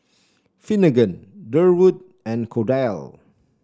Finnegan Durwood and Cordell